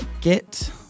Get